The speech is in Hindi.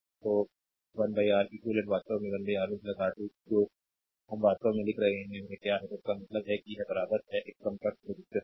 तो 1 आर eq वास्तव में 1 R1 1 R2 कि जो हम वास्तव में लिख रहे हैं वह क्या है तो इसका मतलब है कि यह बराबर है यह समकक्ष रेजिस्टेंस है